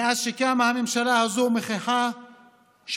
מאז שקמה הממשלה הזאת היא מוכיחה שהגזענות